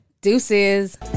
deuces